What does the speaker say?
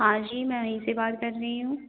हाँ जी मैं यहीं से बात कर रही हूँ